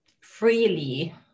freely